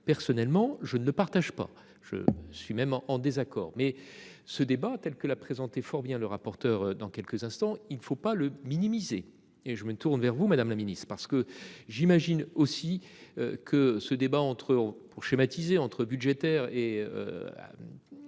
Personnellement je ne partage pas. Je suis même en en désaccord mais ce débat telle que la présenter fort bien le rapporteur dans quelques instants. Il ne faut pas le minimiser. Et je me tourne vers vous Madame la Ministre parce que j'imagine aussi que ce débat entre pour schématiser entre budgétaire et.